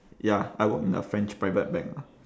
ya I work in a french private bank lah